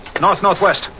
north-northwest